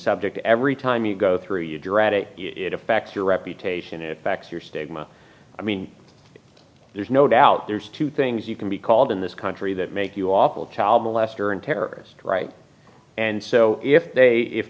subject every time you go through you dread it it affects your reputation it affects your statement i mean there's no doubt there's two things you can be called in this country that make you awful child molester and terrorist right and so if they if